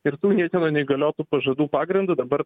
ir tų niekieno neįgaliotų pažadų pagrindu dabar